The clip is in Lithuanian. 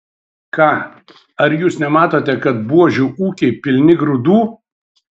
ką ar jūs nematote kad buožių ūkiai pilni grūdų